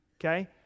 Okay